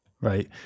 right